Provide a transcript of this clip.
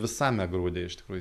visame grūde iš tikrųjų